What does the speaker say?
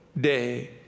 day